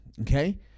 Okay